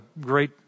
great